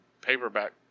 paperback